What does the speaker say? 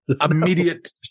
immediate